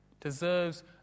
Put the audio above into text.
deserves